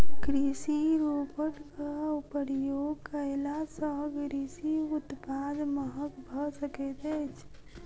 कृषि रोबोटक प्रयोग कयला सॅ कृषि उत्पाद महग भ सकैत अछि